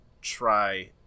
try